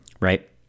right